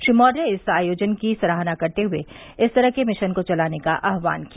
श्री मौर्य ने इस आयोजन की सराहना करते हए लोगों से इस तरह के मिशन को चलाने का आहवान किया